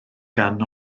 gan